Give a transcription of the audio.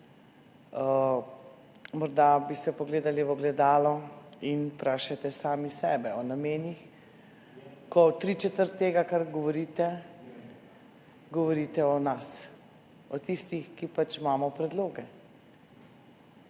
Morda bi se pogledali v ogledalo in sami sebe vprašali o namenih, ko tri četrt tega, kar govorite, govorite o nas, o tistih, ki pač imamo predloge,